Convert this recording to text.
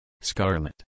Scarlet